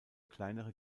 kleinere